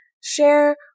share